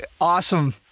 awesome